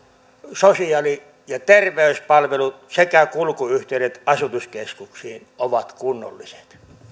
sosiaali ja terveyspalvelut ja että kulkuyhteydet asutuskeskuksiin ovat kunnolliset